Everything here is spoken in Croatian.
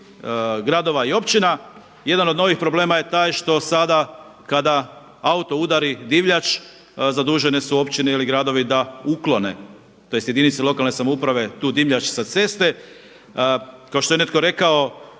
gradova i općina, jedan od novih problema je taj što sada kada auto udari divljač zadužene su općine ili gradovi da uklone tj. jedinice lokalne samouprave tu divljač sa ceste. Kao što je netko rekao